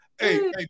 hey